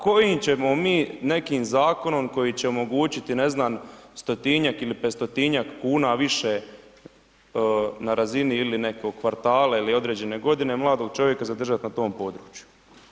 Kojim ćemo mi nekim zakonom koji će omogućiti ne znam stotinjak ili petstotinjak kuna više na razini ili nekog kvartala ili određene godine, mladog čovjeka zadržat na tom području?